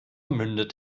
mündet